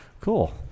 cool